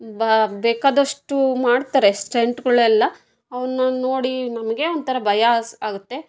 ಬಾ ಬೇಕಾದಷ್ಟು ಮಾಡ್ತಾರೆ ಸ್ಟೆಂಟ್ಗಳೆಲ್ಲ ಅವುನ್ನ ನೋಡಿ ನಮಗೇ ಒಂಥರ ಭಯ ಸ್ ಆಗುತ್ತೆ